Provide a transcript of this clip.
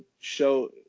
show